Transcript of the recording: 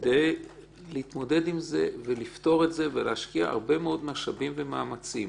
כדי להתמודד עם זה ולפתור עם זה ולהשקיע הרבה מאוד משאבים ומאמצים.